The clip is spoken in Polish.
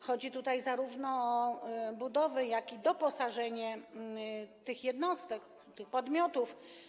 Chodzi tutaj zarówno o budowę, jak i doposażenie tych jednostek, podmiotów.